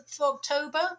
October